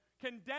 condemn